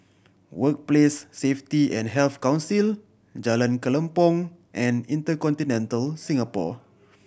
Workplace Safety and Health Council Jalan Kelempong and InterContinental Singapore